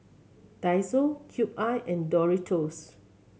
Daiso Cube I and Doritos